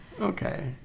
Okay